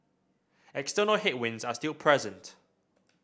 external headwinds are still present